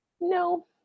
no